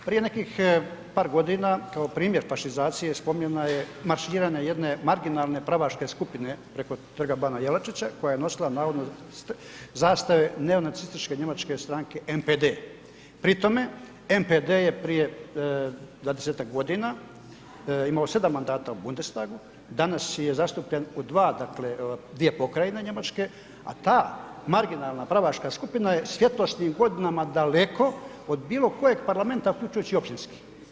Prije nekih par godina kao primjer fašizacije spominjana je marširanje jedne marginalne pravaške skupine preko Trga bana Jelačića koja je nosila navodno zastave neonacističke njemačke stranke NPD, pri tome NPD je prije 20 godina imao 7 mandata u Bundestagu, danas je zastupljen u dva, dvije pokrajine Njemačke, a ta marginalna pravaška skupina je svjetlosnim godinama daleko od bilo kojeg parlamenta uključujući i općinski.